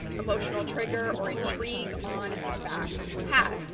emotional trigger or intrigue on the back half.